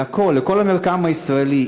לכול, לכל המרקם הישראלי.